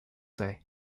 day